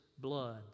blood